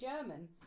German